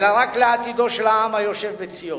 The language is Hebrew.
אלא רק לעתידו של העם היושב בציון.